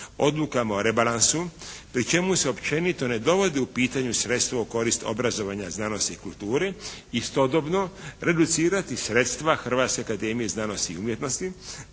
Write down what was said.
odlukama o rebalansu pri čemu se općenito ne dovodi u pitanje sredstva u korist obrazovanja, znanosti i kulture istodobno reducirati sredstva Hrvatske akademije znanosti i umjetnosti